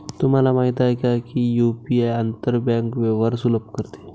तुम्हाला माहित आहे का की यु.पी.आई आंतर बँक व्यवहार सुलभ करते?